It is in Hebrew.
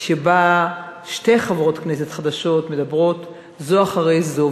שבה שתי חברות כנסת חדשות מדברות זו אחרי זו,